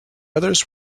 others